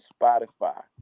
Spotify